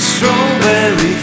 Strawberry